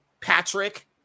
Patrick